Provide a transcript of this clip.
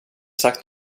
sagt